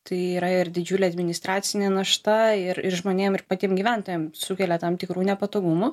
tai yra ir didžiulė administracinė našta ir žmonėms ir patiem gyventojam sukelia tam tikrų nepatogumų